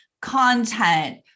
content